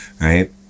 right